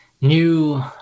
new